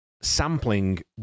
sampling